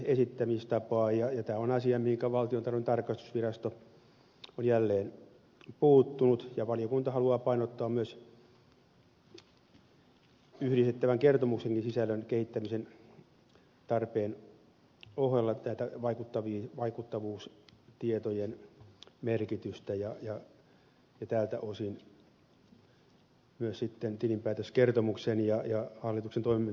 tämä on asia mihinkä valtiontalouden tarkastusvirasto on jälleen puuttunut ja valiokunta haluaa painottaa myös yhdistettävän kertomuksenkin sisällön kehittämisen tarpeen ohella tätä vaikuttavuustietojen merkitystä ja tältä osin myös sitten tilinpäätöskertomuksen ja hallituksen toimintakertomuksenkin merkitystä